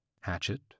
Hatchet